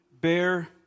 bear